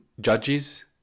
judges